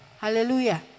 Hallelujah